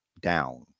down